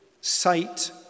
sight